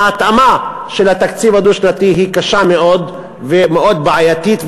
ההתאמה של התקציב הדו-שנתי היא קשה מאוד ומאוד בעייתית.